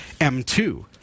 M2